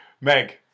Meg